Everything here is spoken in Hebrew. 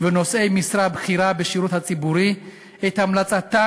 ונושאי משרה בכירה בשירות הציבורי את המלצתה